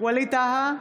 ווליד טאהא,